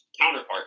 counterpart